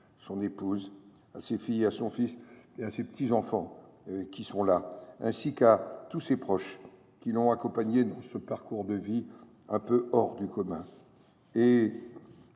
son épouse, à ses filles, à son fils, à ses petits enfants ici présents, ainsi qu’à tous ses proches qui l’ont accompagné dans ce parcours de vie hors du commun.